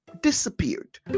disappeared